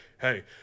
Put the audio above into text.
hey